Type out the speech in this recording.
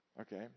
Okay